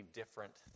different